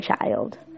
child